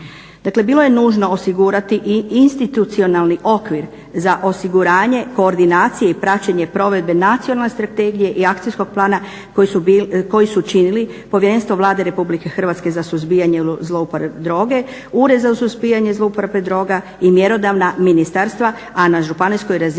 Dakle, bilo je nužno osigurati i institucionalni okvir za osiguranje, koordinacije i praćenje provedbe Nacionalne strategije i Akcijskog plana koji su činili Povjerenstvo Vlade RH za suzbijanje zlouporabe droge, Ured za suzbijanje zlouporabe droga i mjerodavna ministarstva a na županijskoj razini